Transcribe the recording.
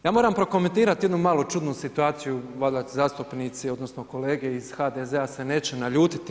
Ja moram prokomentirati jednu malu čudnu situaciju, valjda zastupnici odnosno kolege iz HDZ-a se neće naljutiti.